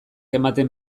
ematen